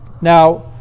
Now